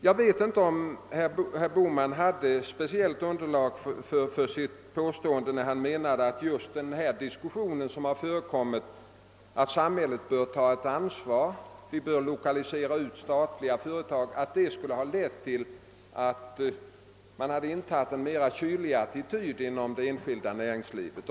Jag vet inte om herr Bohman hade ett speciellt underlag för sitt påstående att diskussionen om att samhället bör ta sitt ansvar och lokalisera ut statliga företag skulle ha lett till att man de senaste åren intagit en mera kylig attityd inom det enskilda näringslivet.